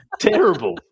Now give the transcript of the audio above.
terrible